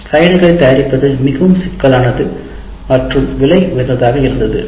ஸ்லைடுகளைத் தயாரிப்பது மிகவும் சிக்கலானது மற்றும் விலை உயர்ந்ததாக இருந்தது